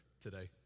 today